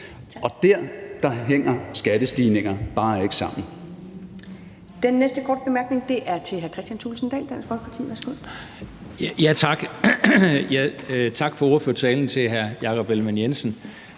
og det hænger skattestigninger bare ikke sammen